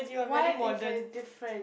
what is the different